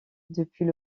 depuis